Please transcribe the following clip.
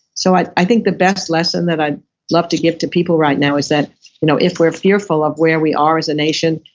so i think the best lesson that i'd love to give to people right now is, that you know if we're fearful of where we are as a nation,